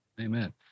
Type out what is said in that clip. Amen